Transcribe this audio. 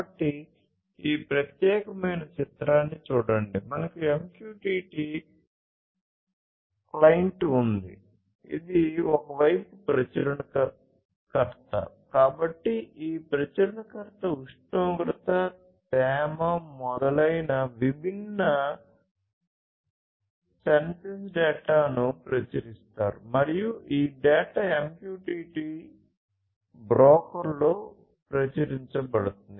కాబట్టి ఈ ప్రచురణకర్త ఉష్ణోగ్రత తేమ మొదలైన విభిన్న సెన్సస్ డేటాను ప్రచురిస్తారు మరియు ఈ డేటా MQTT బ్రోకర్లో ప్రచురించబడుతుంది